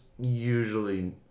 usually